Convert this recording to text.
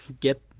Get